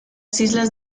isla